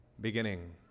beginning